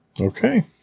okay